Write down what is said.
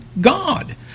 God